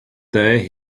day